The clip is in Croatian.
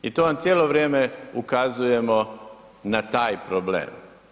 I to vam cijelo vrijeme ukazujemo na taj problem.